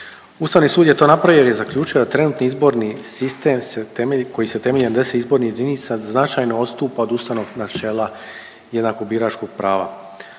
Ustavni sud je to napravio jer je zaključio da trenutni izborni sistem se temelji, koji se temelji na 10 izbornih jedinica da značajno odstupa od ustavnog načela jednakog biračkog prava